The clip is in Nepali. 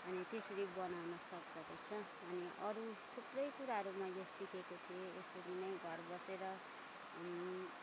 अनि त्यसरी बनाउन सक्दोरहेछ अनि अरू थुप्रै कुराहरू मैले सिकेको थिएँ यसरी नै घर बसेर